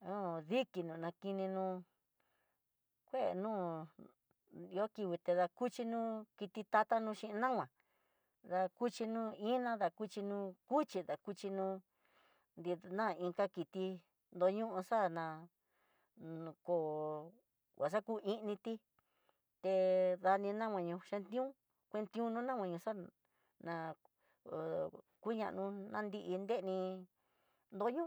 hon dikinó nakininó kué noó ihó ki kuidakuxhinó ki tatanó xhin nama, dakuxhino iná dakuxhinó cuchi dakuxhinó nindan inka kiti doño taná, noko ngua xa ku ini tí té ñani nama no xhention, kuentiono ná nguaña xaná na hó kuña no nandi nreni doño.